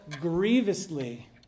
grievously